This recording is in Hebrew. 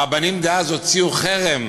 הרבנים דאז הוציאו חרם